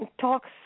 Talks